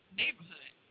neighborhood